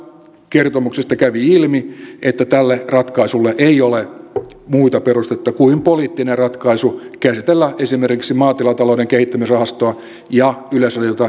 asiantuntijakertomuksesta kävi ilmi että tälle ratkaisulle ei ole muuta perustetta kuin poliittinen ratkaisu käsitellä esimerkiksi maatilatalouden kehittämisrahastoa ja yleisradiota eri tavalla